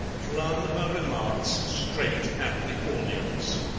flung her remarks straight at the audience